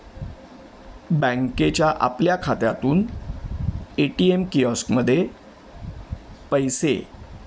बँकेच्या आपल्या खात्यातून ए टी एम किऑस्कमध्ये पैसे